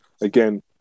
again